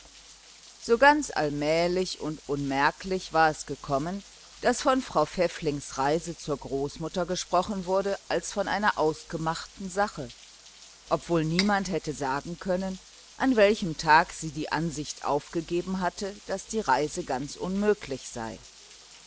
so ganz allmählich und unmerklich war es gekommen daß von frau pfäfflings reise zur großmutter gesprochen wurde als von einer ausgemachten sache obwohl niemand hätte sagen können an welchem tag sie die ansicht aufgegeben hatte daß die reise ganz unmöglich sei